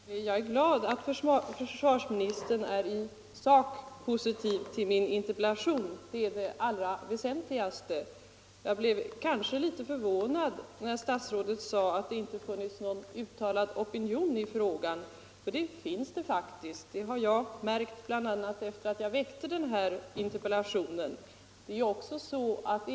Herr talman! Jag är glad att försvarsministern är i sak positiv till min interpellation. Det är det allra väsentligaste. Jag blev kanske litet förvånad när statsrådet sade att det inte funnits någon uttalad opinion i frågan, för det finns det faktiskt. Det har jag märkt, bl.a. efter det att jag framställde den här interpellationen.